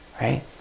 right